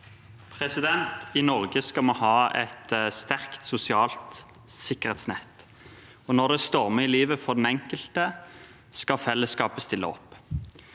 I Norge skal vi ha et sterkt sosialt sikkerhetsnett. Når det stormer i livet til den enkelte, skal fellesskapet stille opp.